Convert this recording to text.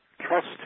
Trust